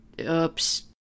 Oops